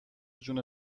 جون